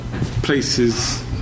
places